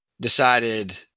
decided